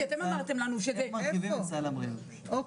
ועדיין גם בפעמים הקודמות אפשר ללמוד מהעבר וגם בפעם הנוכחית,